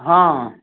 हँ